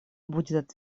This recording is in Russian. будет